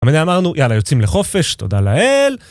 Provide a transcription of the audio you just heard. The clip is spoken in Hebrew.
תמיד אמרנו יאללה, יוצאים לחופש, תודה לאל